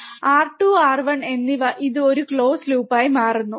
R2 R1 എന്നിവ ഇത് ഒരു ക്ലോസ് ലൂപ്പായി മാറുന്നു